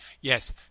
yes